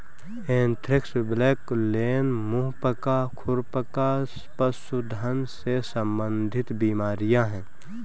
anthrax, blackleg, मुंह पका, खुर पका पशुधन से संबंधित बीमारियां हैं